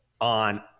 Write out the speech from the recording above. on